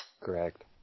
Correct